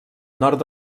nord